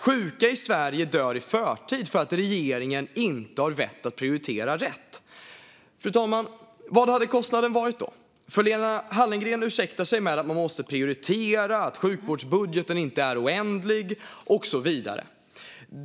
Sjuka i Sverige dör i förtid för att regeringen inte har vett att prioritera rätt. Fru talman! Vad hade kostnaden varit då? Lena Hallengren ursäktar sig med att man måste prioritera, att sjukvårdsbudgeten inte är oändlig och så vidare.